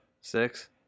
Six